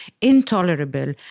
intolerable